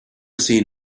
seen